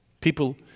people